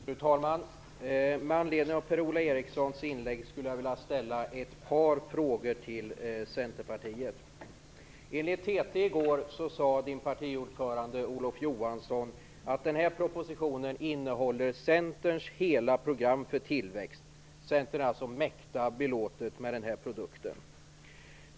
Fru talman! Med anledning av Per-Ola Erikssons inlägg skulle jag vilja ställa ett par frågor till Centerpartiet. Enligt TT i går sade Per-Ola Erikssons partiordförande Olof Johansson att den här propositionen innehåller Centerns hela program för tillväxt. Centern är alltså mäkta belåten med den här propositionen.